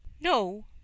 no